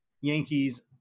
Yankees